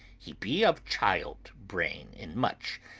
he be of child-brain in much.